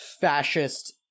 fascist